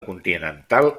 continental